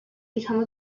become